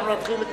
אני ליוויתי את